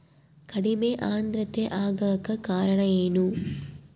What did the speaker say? ಕಡಿಮೆ ಆಂದ್ರತೆ ಆಗಕ ಕಾರಣ ಏನು?